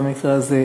במקרה הזה,